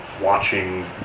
watching